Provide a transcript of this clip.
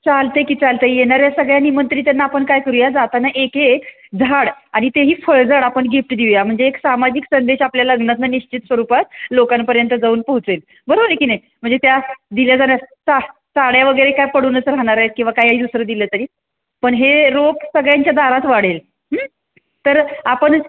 चालत आहे की चालत आहे येणाऱ्या सगळ्या निमंत्रितांना आपण काय करूया जाताना एक एक झाड आणि तेही फळझाड आपण गिफ्ट देऊया म्हणजे एक सामाजिक संदेश आपल्या लग्नातून निश्चित स्वरूपात लोकांपर्यंत जाऊन पोहोचेल बरोबर आहे की नाही म्हणजे त्या दिल्या जाणाऱ्या सा साड्या वगैरे काय पडूनच राहनणार आहेत किंवा काही दुसरं दिलं तरी पण हे रोप सगळ्यांच्या दारात वाढेल तर आपण